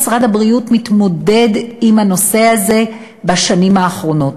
משרד הבריאות מתמודד עם הנושא הזה בשנים האחרונות.